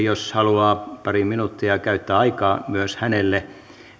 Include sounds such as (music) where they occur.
(unintelligible) jos valtiovarainministeri haluaa pari minuuttia käyttää aikaa myös hänelle